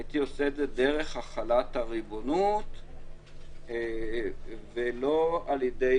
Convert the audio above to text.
הייתי עושה את זה דרך החלת הריבונות ולא על ידי